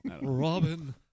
Robin